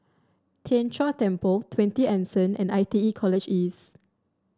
Tien Chor Temple Twenty Anson and I T E College East